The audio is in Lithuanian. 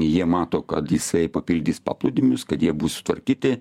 jie mato kad jisai papildys paplūdimius kad jie bus sutvarkyti